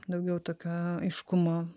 daugiau tokio aiškumo